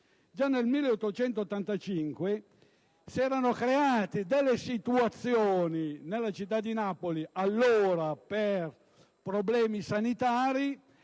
Già in quell'anno si erano create delle situazioni nella città di Napoli - allora per problemi sanitari